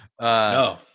No